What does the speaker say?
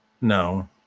No